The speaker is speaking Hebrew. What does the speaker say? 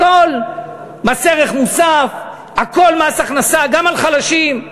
הכול מס ערך מוסף, הכול מס הכנסה, גם על חלשים.